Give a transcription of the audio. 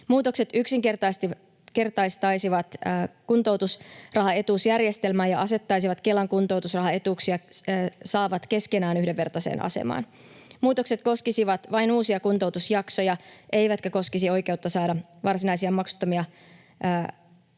Muutokset yksinkertaistaisivat kuntoutusrahaetuusjärjestelmää ja asettaisivat Kelan kuntoutusrahaetuuksia saavat keskenään yhdenvertaiseen asemaan. Muutokset koskisivat vain uusia kuntoutusjaksoja eivätkä koskisi oikeutta saada varsinaisia maksuttomia Kelan